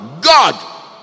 God